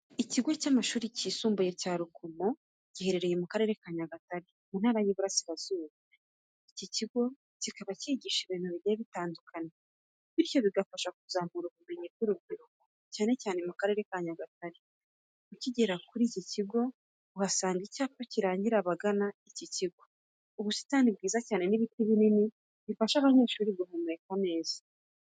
Ikigo cy'amashuri yisumbuye cya Rukomo giherereye mu Karere ka Nyagatare, mu Ntara y'Iburasirazuba. Iki kigo kikaba cyigisha ibintu bigiye bitandukanye, bityo bigafasha kuzamura ubumenyi bw'urubyiruko cyane cyane mu Karere ka Nyagatare. Ukigera ku kigo uhasanga icyapa kirangira abagana iki kigo, ubusitani bwiza cyane n'ibiti binini bifasha abanyeshuri guhumeka neza.